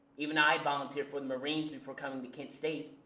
even i volunteered for the marines before coming to kent state.